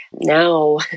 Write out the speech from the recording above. Now